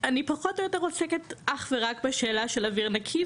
אני פחות או יותר עסקת רק בשאלה של אוויר נקי,